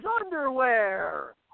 underwear